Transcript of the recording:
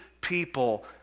people